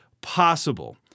possible